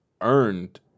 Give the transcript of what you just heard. earned